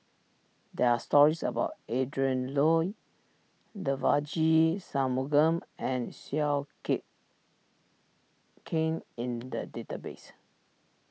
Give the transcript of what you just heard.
there are stories about Adrin Loi Devagi Sanmugam and Seow kit Kin in the database